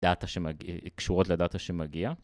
קשורות לדאטה שמגיעה.